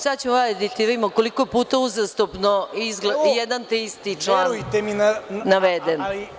Sada ćemo da vidimo koliko je puta uzastopno jedan te isti član naveden.